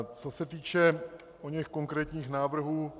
Co se týče oněch konkrétních návrhů.